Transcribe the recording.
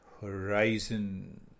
horizon